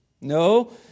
No